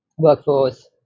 workforce